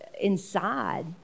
inside